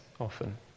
often